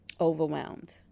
overwhelmed